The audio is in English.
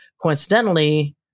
coincidentally